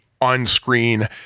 on-screen